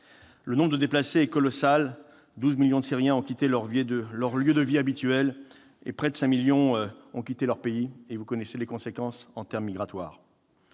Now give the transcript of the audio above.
Le nombre de déplacés est colossal puisque 12 millions de Syriens ont quitté leur lieu de vie habituel, dont près de 5 millions, leur pays. Vous connaissez les conséquences en termes migratoires.